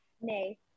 Nay